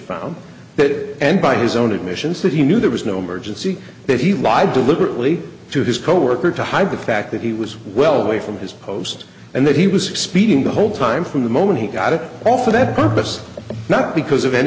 that and by his own admissions that he knew there was no emergency that he lied deliberately to his coworker to hide the fact that he was well away from his post and that he was speeding the whole time from the moment he got it all for that purpose not because of an